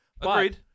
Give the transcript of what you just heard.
Agreed